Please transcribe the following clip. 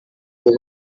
vuba